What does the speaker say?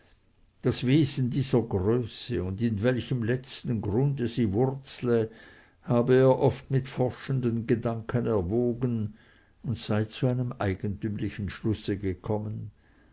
das wesen dieser größe und in welchem letzten grunde sie wurzle habe er oft mit forschenden gedanken erwogen und sei zu einem eigentümlichen schlusse gekommen